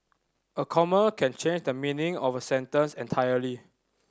a comma can change the meaning of a sentence entirely